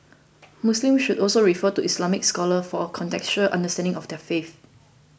Muslims should also refer to Islamic scholars for a contextualised understanding of their faith